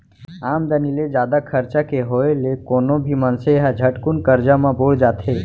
आमदनी ले जादा खरचा के होय ले कोनो भी मनसे ह झटकुन करजा म बुड़ जाथे